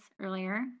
earlier